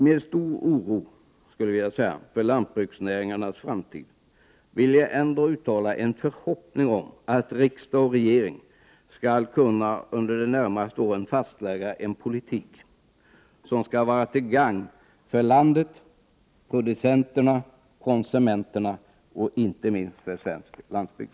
Med stor oro för lantbruksnäringarnas framtid vill jag ändå uttala en förhoppning om att riksdag och regering under de närmaste åren skall kunna fastlägga en politik som skall vara till gagn för landet, producenterna, konsumenterna och inte minst för svensk landsbygd.